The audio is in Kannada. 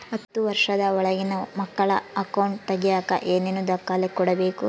ಹತ್ತುವಷ೯ದ ಒಳಗಿನ ಮಕ್ಕಳ ಅಕೌಂಟ್ ತಗಿಯಾಕ ಏನೇನು ದಾಖಲೆ ಕೊಡಬೇಕು?